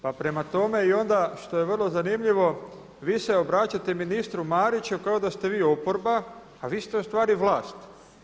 Pa prema tome i onda što je vrlo zanimljivo, vi se obraćate ministru Mariću kao da ste vi oporba a vi ste ustvari vlast.